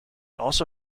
also